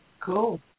Cool